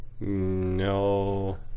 No